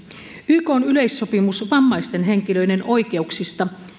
ykn yleissopimus vammaisten henkilöiden oikeuksista